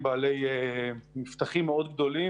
העבודה.